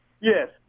Yes